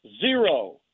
zero